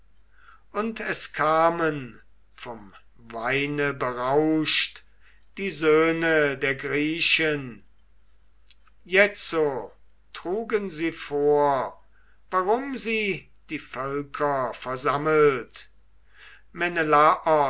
und es kamen vom weine berauscht die söhne der griechen jetzo trugen sie vor warum sie die völker versammelt